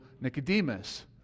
Nicodemus